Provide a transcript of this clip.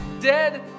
Dead